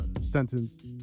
sentence